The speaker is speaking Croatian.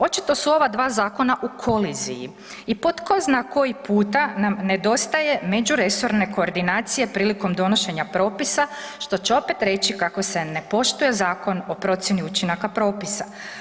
Očito su ova dva zakona u koliziji i po tko zna koji puta nam nedostaje međuresorne koordinacije prilikom donošenja propisa što će opet reći kako se ne poštuje Zakon o procjeni učinaka propisa.